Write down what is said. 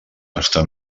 està